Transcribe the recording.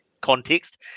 context